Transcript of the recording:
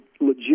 legit